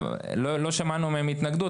לא שמענו מהם התנגדות,